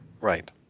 Right